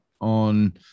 on